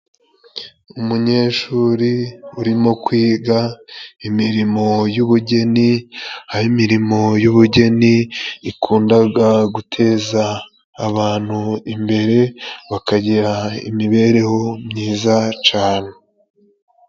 Umunyeshuri urimo kwiga imirimo y'ubugeni，aho imirimo y'ubugeni ikundaga guteza abantu imbere，bakagira imibereho myiza cane.